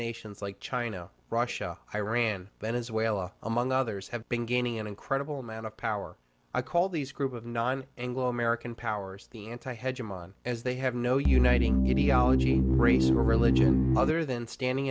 nations like china russia iran venezuela among others have been gaining an incredible amount of power i call these group of non anglo american powers the anti hedge i'm on as they have no uniting neology reason religion other than standing